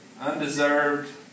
undeserved